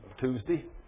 Tuesday